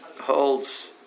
holds